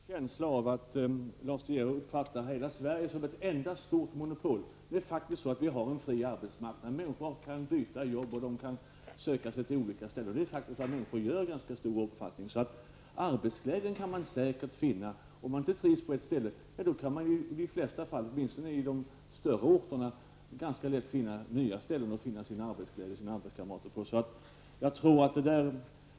Herr talman! Lars De Geer talar om att man får större arbetsglädje om man har flera företag eller organisationer att välja emellan. Jag får en känsla av att Lars De Geer uppfattar hela Sverige som ett enda stort monopol. Det är faktiskt så att vi har en fri arbetsmarknad. Människor kan byta jobb, och de kan söka sig till olika ställen. Det är faktiskt också vad människor gör i ganska stor omfattning. Arbetsglädje kan man säkert finna. Om man inte trivs på ett ställe kan man i de flesta fall -- åtminstone på de större orterna -- ganska lätt finna sin arbetsglädje och sina arbetskamrater på ett annat ställe.